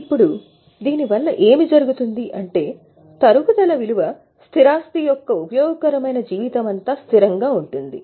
ఇప్పుడు దీనివల్ల ఏమి జరుగుతుంది అంటే తరుగుదల విలువ స్థిరాస్తి యొక్క ఉపయోగకరమైన జీవితమంతా స్థిరంగా ఉంటుంది